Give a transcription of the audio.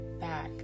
back